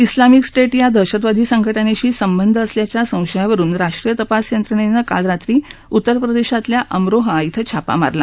Islamic State या दहशतवादी संघटनेशी संबंध असल्याच्या संशयावरून राष्ट्रीय तपास यंत्रणेनं काल रात्री उत्तर प्रदेशातल्या अमरोहा इथं छापा मारला